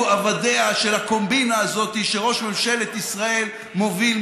עבדיה של הקומבינה הזאת שראש ממשלת ישראל מוביל,